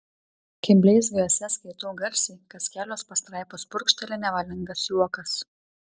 kai bleizgio esė skaitau garsiai kas kelios pastraipos purkšteli nevalingas juokas